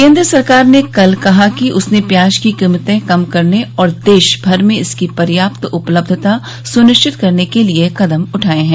केन्द्र सरकार ने कल कहा कि उसने प्याज की कीमतें कम करने और देश भर में इसकी पर्याप्त उपलब्यता सुनिश्चित करने के लिए कदम उठाए हैं